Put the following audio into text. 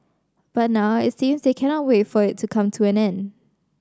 but now it seems they cannot wait for it to come to an end